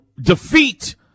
defeat